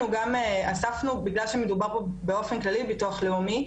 אספנו בגלל שמדובר פה באופן כללי בביטוח לאומי,